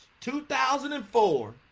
2004